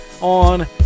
on